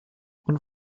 und